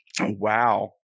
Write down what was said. Wow